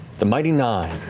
the mighty nein,